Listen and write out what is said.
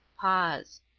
pause.